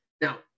Now